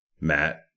Matt